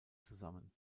zusammen